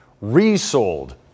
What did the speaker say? Resold